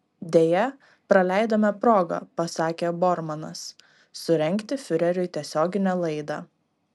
deja praleidome progą pasakė bormanas surengti fiureriui tiesioginę laidą